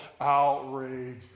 outrage